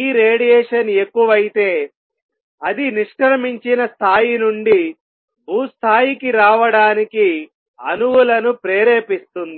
ఈ రేడియేషన్ ఎక్కువైతే అది నిష్క్రమించిన స్థాయి నుండి భూస్థాయికి రావడానికి అణువులను ప్రేరేపిస్తుంది